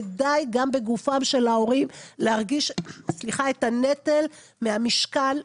ודי גם בגופם של ההורים להרגיש את הנטל מהמשקל,